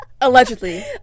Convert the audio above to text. allegedly